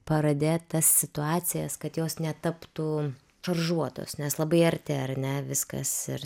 parade tas situacijas kad jos netaptų šaržuotos nes labai arti ar ne viskas ir